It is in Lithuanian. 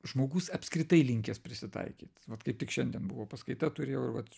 žmogus apskritai linkęs prisitaikyt vat kaip tik šiandien buvo paskaita turėjau ir vat